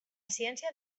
ciència